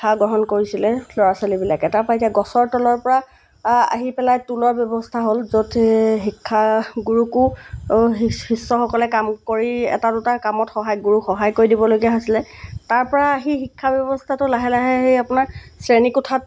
শিক্ষাগ্ৰহণ কৰিছিলে ল'ৰা ছোৱালীবিলাকে তাৰপৰা এতিয়া গছৰ তলৰপৰা আহি পেলাই টোলৰ ব্যৱস্থা হ'ল য'ত শিক্ষাগুৰুকো শিষ্যসকলে কাম কৰি এটা দুটা কামত সহায় গুৰুক সহায় কৰি দিবলগীয়া হৈছিলে তাৰ পৰা আহি শিক্ষা ব্যৱস্থাটো লাহে লাহে সেই আপোনাৰ শ্ৰেণী কোঠাত